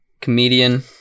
comedian